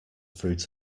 fruit